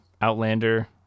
Outlander